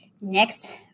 next